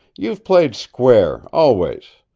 you've played square always.